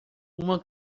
uma